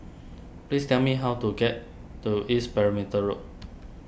please tell me how to get to East Perimeter Road